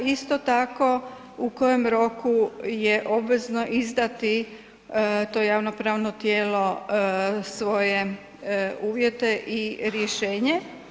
Isto tako u kojem roku je obvezno izdati to javno pravno tijelo svoje uvjete i rješenje.